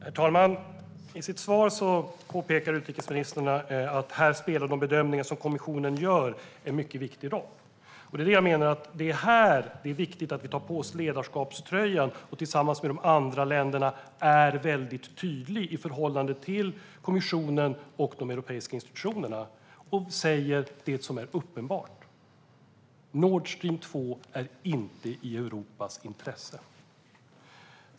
Herr talman! I sitt svar påpekar utrikesministern att de bedömningar som kommissionen gör spelar en viktig roll. Jag menar att vi här måste ta på oss ledarskapströjan och tillsammans med de andra länderna vara väldigt tydliga i förhållande till kommissionen och de europeiska institutionerna och säga det som är uppenbart: Nord Stream 2 är inte i Europas intresse.